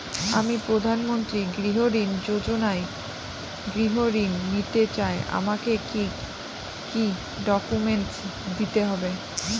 আমি প্রধানমন্ত্রী গৃহ ঋণ যোজনায় গৃহ ঋণ নিতে চাই আমাকে কি কি ডকুমেন্টস দিতে হবে?